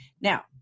Now